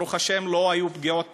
ברוך השם, לא היו פגיעות בנפש,